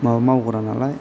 माबा मावग्रा नालाय